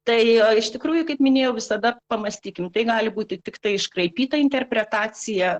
tai iš tikrųjų kaip minėjau visada pamąstykim tai gali būti tiktai iškraipyta interpretacija